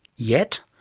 yet.